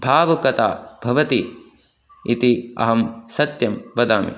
भावुकता भवति इति अहं सत्यं वदामि